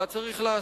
מה צריך לעשות?